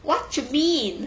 what you mean